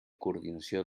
coordinació